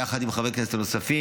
יחד עם חברי הכנסת הנוספים,